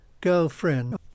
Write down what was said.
girlfriend